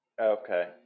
Okay